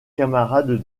camarade